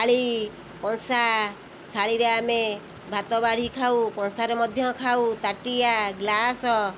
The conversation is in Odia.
ଥାଳି କଂସା ଥାଳିରେ ଆମେ ଭାତ ବାଢ଼ିକି ଖାଉ କଂସାରେ ମଧ୍ୟ ଖାଉ ତାଟିଆ ଗ୍ଲାସ